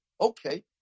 Okay